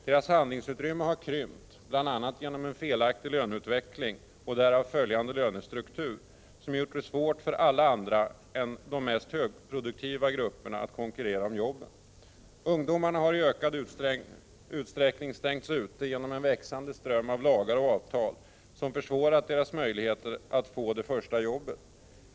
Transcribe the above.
Deras handlingsutrymme har krympt, bl.a. genom en felaktig löneutveckling och därav följande lönestruktur som gjort det svårt för alla andra än de mest högproduktiva grupperna att konkurrera om jobben. Ungdomarna har i ökande grad stängts ute genom en växande ström av lagar och avtal som försvårat deras möjligheter att få det första jobbet.